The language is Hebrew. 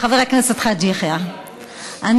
חבר הכנסת חאג' יחיא, אני